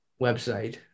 website